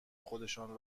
خودشان